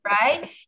right